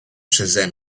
przeze